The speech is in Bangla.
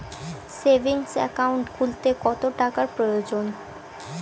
সেভিংস একাউন্ট খুলতে কত টাকার প্রয়োজন?